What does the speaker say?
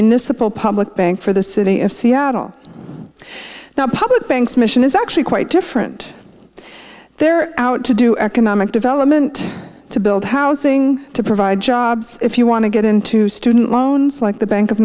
municipal public bank for the city of seattle now public bank's mission is actually quite different they're out to do economic development to build housing to provide jobs if you want to get into student loans like the bank of